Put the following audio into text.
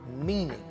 meaning